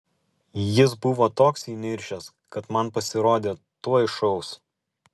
jis buvo toks įniršęs kad man pasirodė tuoj šaus